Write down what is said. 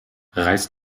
reiß